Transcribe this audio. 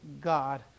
God